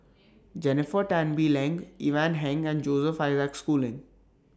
Jennifer Tan Bee Leng Ivan Heng and Joseph Isaac Schooling